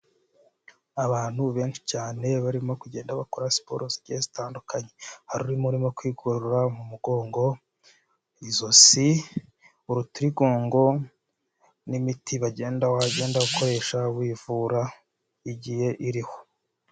Abantu benshi cyane barimo kugenda bakora siporo zigiye zitandukanye, hari urimo kwigenda yigorora mu mugongo, izosi urutirigongo, n'imiti bagenda wagenda ukoresha wivura igiye iriho.